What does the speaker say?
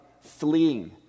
fleeing